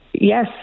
yes